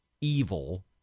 evil